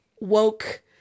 woke